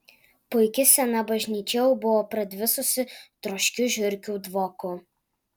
puiki sena bažnyčia jau buvo pradvisusi troškiu žiurkių dvoku